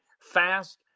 fast